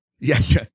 yes